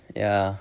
ya